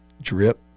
drip